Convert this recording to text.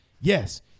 Yes